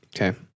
okay